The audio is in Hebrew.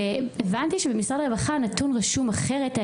והבנתי שבמשרד הרווחה הנתון רשום אחרת,